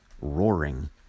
roaring